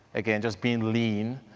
again, just being lean,